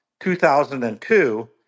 2002